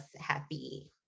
Happy